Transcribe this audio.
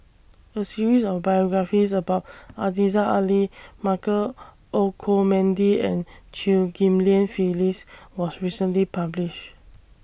A series of biographies about Aziza Ali Michael Olcomendy and Chew Ghim Lian Phyllis was recently published